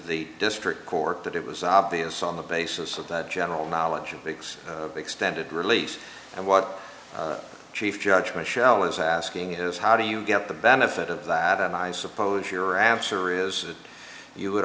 the district court that it was obvious on the basis of that general knowledge of vick's extended release and what chief judge michel is asking is how do you get the benefit of that and i suppose your answer is that you would